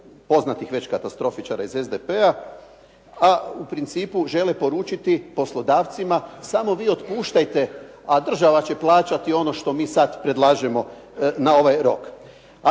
poznatih već katastrofičara iz SDP-a, a u principu žele poručiti poslodavcima samo vi otpuštajte, a država će plaćati ono što mi sad predlažemo na ovaj rok.